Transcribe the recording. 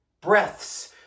breaths